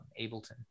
Ableton